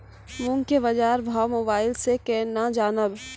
मूंग के बाजार भाव मोबाइल से के ना जान ब?